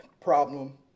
problem